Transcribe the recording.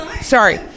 sorry